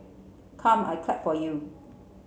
come I clap for you